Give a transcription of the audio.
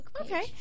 Okay